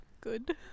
Good